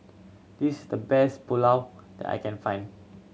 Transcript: this is the best Pulao that I can find